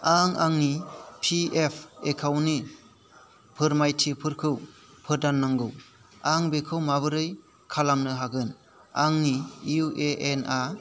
आं आंनि P F एकाउन्टनि फोरमायथिफोरखौ फोदान नांगौ आं बेखौ माबोरै खालामनो हागोन आंनि इउ ए एन आ